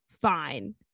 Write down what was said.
fine